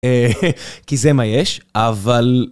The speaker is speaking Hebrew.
כי זה מה יש, אבל...